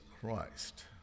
Christ